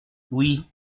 oui